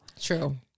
True